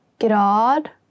Grad